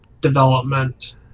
development